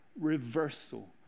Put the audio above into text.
reversal